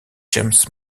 james